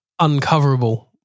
uncoverable